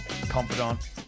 confidant